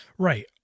Right